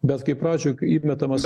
bet kai pradžioj įmetamas